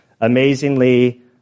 Amazingly